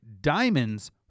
diamonds